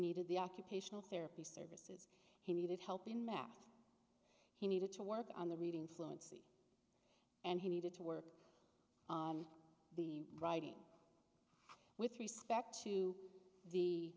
needed the occupational therapy service he needed help in math he needed to work on the reading fluency and he needed to work on the writing with respect to the